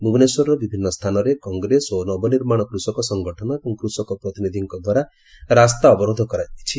ଭୁବନେଶ୍ୱରର ବିଭିନ୍ମ ସ୍ଥାନରେ କଂଗ୍ରେସ ଓ ନବନିର୍ମାଶ କୃଷକ ସଂଗଠନ ଏବଂ କୃଷକ ପ୍ରତିନିଧିଙ୍କ ଦ୍ୱାରା ରାସ୍ତା ଅବରୋଧ କରାଯାଇଛି